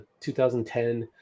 2010